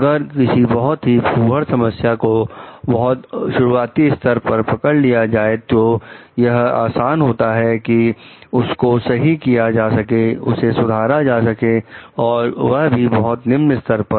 अगर किसी बहुत ही फूहड़ समस्या को बहुत शुरुआती स्तर पर पकड़ लिया जाए तो यह आसान होता है कि उसको सही किया जा सके उसे सुधारा जा सकता है और वह भी बहुत निम्न स्तर पर